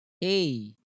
hey